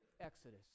Exodus